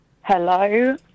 Hello